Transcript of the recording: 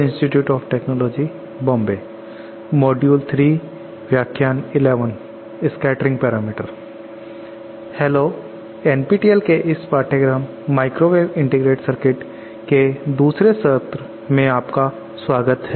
hello NPTEL के इस पाठ्यक्रम 'माइक्रोवेव इंटीग्रेटेड सर्किट' के दूसरे सत्र में आपका स्वागत है